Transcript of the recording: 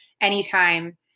anytime